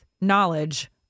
knowledge